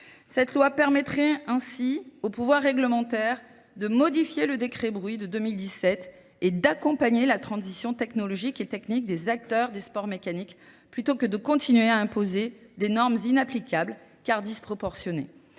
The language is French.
Cette loi permettrait ainsi au pouvoir réglementaire de modifier le décret bruit de 2017 et d'accompagner la transition technologique et technique des acteurs des sports mécaniques, plutôt que de continuer à imposer des normes inapplicables, car disproportionnées.